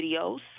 videos